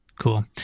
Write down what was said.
Cool